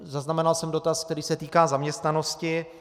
Zaznamenal jsem dotaz, který se týká zaměstnanosti.